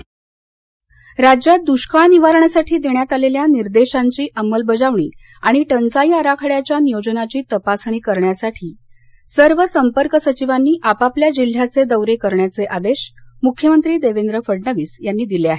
मख्यमंत्री राज्यात दृष्काळ निवारणासाठी देण्यात आलेल्या निर्देशांची अमलबजावणी आणि टंचाई आराखड्याच्या नियोजनाची तपासणी करण्यासाठी सर्व संपर्क सचिवांनी आपापल्या जिल्ह्याचे दौरे करण्याचे आदेश मुख्यमंत्री देवेंद्र फडणवीस यांनी दिले आहेत